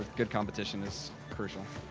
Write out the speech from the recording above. good competition is crucial.